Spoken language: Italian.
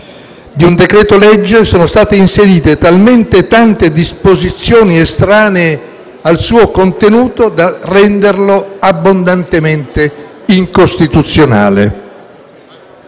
di un decreto-legge sono state approvate talmente tante disposizioni estranee al suo contenuto da renderlo abbondantemente incostituzionale.